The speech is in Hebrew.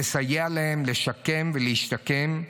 לסייע להם לשקם ולהשתקם,